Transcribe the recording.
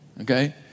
okay